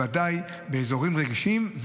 בוודאי באזורים רגישים,